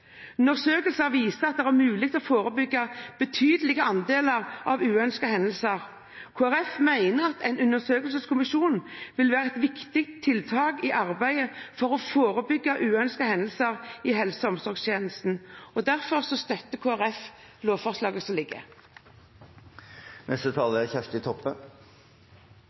Undersøkelser viser at det er mulig å forebygge en betydelig andel av uønskede hendelser. Kristelig Folkeparti mener at en undersøkelseskommisjon vil være et viktig tiltak i arbeidet for å forebygge uønskede hendelser i helse- og omsorgstjenesten, og derfor støtter Kristelig Folkeparti lovforslaget som ligger